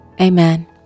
Amen